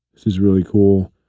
this is really cool.